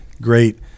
great